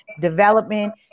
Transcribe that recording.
development